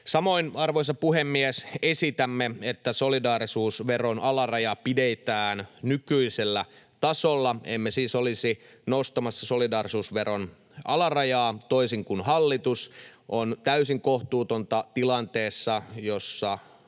Samoin, arvoisa puhemies, esitämme, että solidaarisuusveron alaraja pidetään nykyisellä tasolla. Emme siis olisi nostamassa solidaarisuusveron alarajaa toisin kuin hallitus. On täysin kohtuutonta, että tilanteessa, jossa